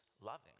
loving